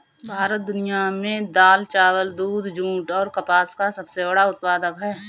भारत दुनिया में दाल, चावल, दूध, जूट और कपास का सबसे बड़ा उत्पादक है